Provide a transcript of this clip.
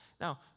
Now